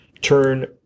turn